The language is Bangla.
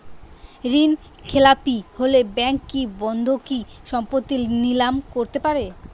ঋণখেলাপি হলে ব্যাঙ্ক কি বন্ধকি সম্পত্তি নিলাম করতে পারে?